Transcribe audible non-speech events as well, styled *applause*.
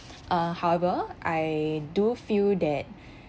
uh however I do feel that *breath*